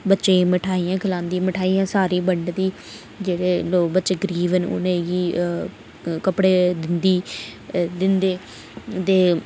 बच्चे गी बठाहियै खलांदी मठाइयां सारें गी बंडदी जेह्डे़ बच्चे गरीब न उ'नें गी कपडे़ दिंदी दिंदे ते